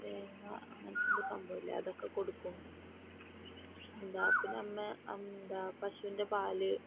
തേങ്ങ അങ്ങനത്തെ എന്താണു സംഭവമില്ലേ അതൊക്കെ കൊടുക്കും എന്താണ് പിന്നെ അമ്മ എന്താണ് പശുവിൻ്റെ പാല്